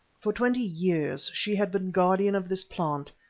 for twenty years she had been guardian of this plant,